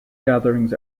gatherings